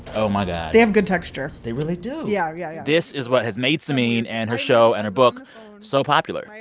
oh, my god they have good texture they really do yeah, yeah, yeah this is what has made samin and her show and her book so popular.